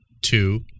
two